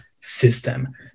system